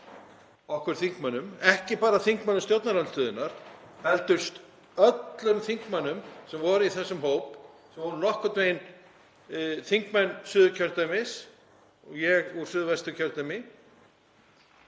okkur þingmönnum lofað, ekki bara þingmönnum stjórnarandstöðunnar heldur öllum þingmönnum sem voru í þessum hópi sem voru nokkurn veginn þingmenn Suðurkjördæmis og ég úr Suðvesturkjördæmi,